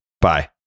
Bye